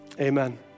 Amen